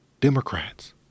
Democrats